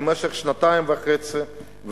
למשך שנתיים וחצי,